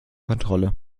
kontrolle